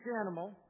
animal